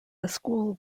school